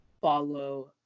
follow